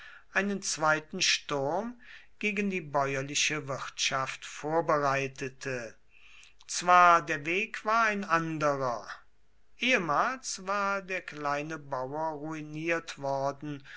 einen zweiten sturm gegen die bäuerliche wirtschaft vorbereitete zwar der weg war ein anderer ehemals war der kleine bauer ruiniert worden